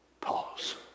pause